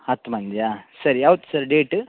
ಹತ್ತು ಮಂದಿಯ ಸರಿ ಯಾವ್ದು ಸರ್ ಡೇಟ್